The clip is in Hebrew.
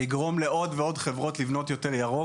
היא תגרום לעוד ועוד חברות לבנות ירוק.